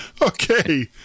Okay